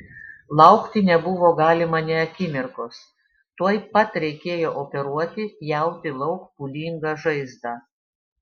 laukti nebuvo galima nė akimirkos tuoj pat reikėjo operuoti pjauti lauk pūlingą žaizdą